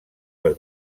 les